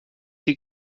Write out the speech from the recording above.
sie